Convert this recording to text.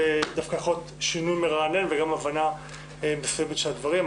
דווקא שינוי מרענן, וגם הבנה נוספת של הדברים.